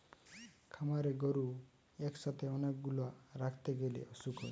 খামারে গরু একসাথে অনেক গুলা রাখতে গ্যালে অসুখ হয়